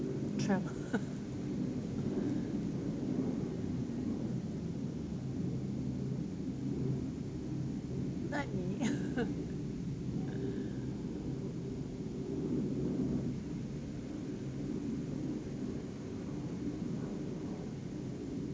trump let me